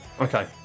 Okay